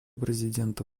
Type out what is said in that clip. президента